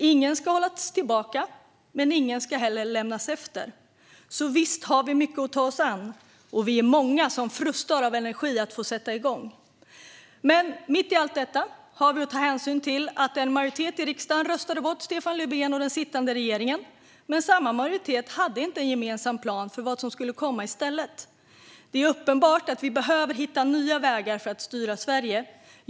Ingen ska hållas tillbaka, men ingen ska heller lämnas efter. Visst har vi mycket att ta oss an. Och vi är många som frustar av energi för att få sätta igång. Men mitt i allt detta har vi att ta hänsyn till att en majoritet i riksdagen röstade bort Stefan Löfven och den sittande regeringen, men samma majoritet hade inte en gemensam plan för vad som skulle komma i stället. Det är uppenbart att vi behöver hitta nya vägar för att styra Sverige.